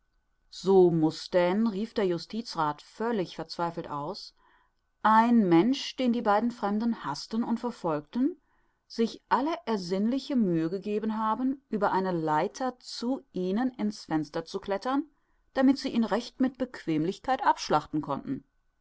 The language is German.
so muß denn rief der justizrath völlig verzweifelt aus ein mensch den die beiden fremden haßten und verfolgten sich alle ersinnliche mühe gegeben haben über eine leiter zu ihnen in's fenster zu klettern damit sie ihn recht mit bequemlichkeit abschlachten konnten